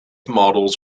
models